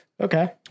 Okay